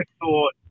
thought